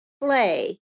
play